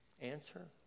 Answer